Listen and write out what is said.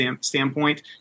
standpoint –